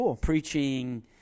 preaching